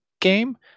game